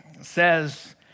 says